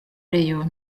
rayon